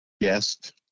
guest